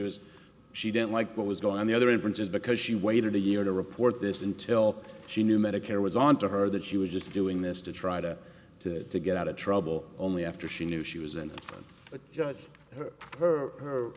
es she didn't like what was going on the other inference is because she waited a year to report this until she knew medicare was on to her that she was just doing this to try to to to get out of trouble only after she knew she was in a judge her